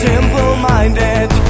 Simple-minded